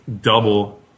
double